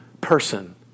person